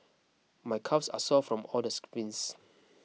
my calves are sore from all the sprints